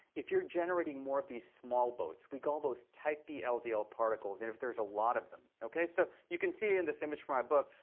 if you're generating more of these small boats, we call those type b ldl ldl particles, and if there's a lot of them. so you can see in this image from my book,